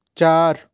चार